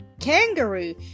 kangaroo